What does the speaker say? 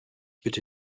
bitte